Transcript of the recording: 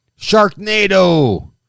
sharknado